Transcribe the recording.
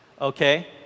okay